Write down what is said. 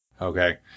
Okay